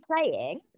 playing